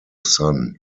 son